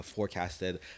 Forecasted